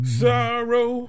sorrow